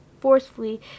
forcefully